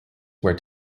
where